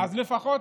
אז לפחות,